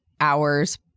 hours